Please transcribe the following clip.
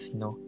no